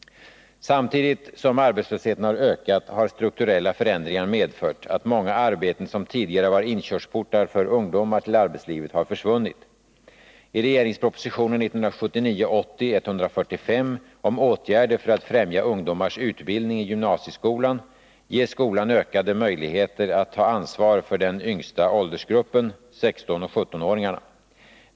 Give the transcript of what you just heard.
Samtidigt som arbetslösheten har ökat har strukturella förändringar medfört att många arbeten som tidigare var inkörsportar för ungdomar till arbetslivet har försvunnit. I regeringsproposition 1979/80:145 om åtgärder för att främja ungdomars utbildning i gymnasieskolan ges skolan ökade möjligheter att ta ansvar för den yngsta åldersgruppen, 16 och 17-åringarna.